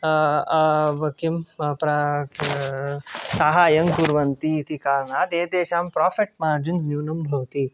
किं सहाय्यं कुर्वन्ति इति कारणात् एतेषां प्राफ़िट् मार्जिन्स् न्यूनं भवति